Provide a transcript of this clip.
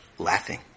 Laughing